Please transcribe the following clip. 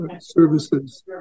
services